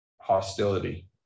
hostility